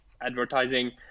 advertising